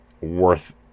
worth